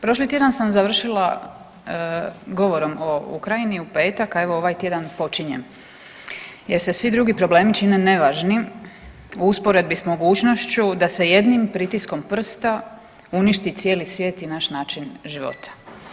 Prošli tjedan sam završila govorom o Ukrajini u petak, a evo ovaj tjedan počinjem jer se svi drugi problemi čine nevažnim u usporedbi s mogućnošću da se jednim pritiskom prsta uništi cijeli svijet i naš način života.